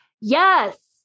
Yes